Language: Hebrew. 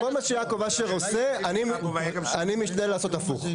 כל מה שיעקב אשר עושה, אני משתדל לעשות הפוך.